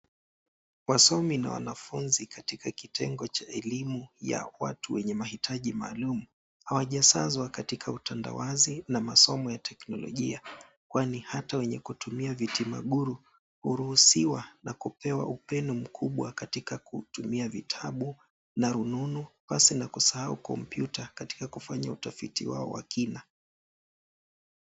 Wasomi na wanafunzi katika kitengo cha elimu ya watu wenye mahitaji maalum hawajasazwa katika utendawazi na masomo ya teknolojia kwani hata wenye kutumia viti maguru huruhusiwa na kupewa upendo mkubwa katika kutumia vitabu na rununu pasi na kusahau Komputa kati na kufanya utafiti wao wa kina.